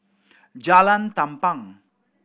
Jalan Tampang